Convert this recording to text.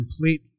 complete